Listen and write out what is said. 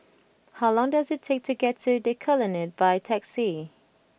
how long does it take to get to The Colonnade by taxi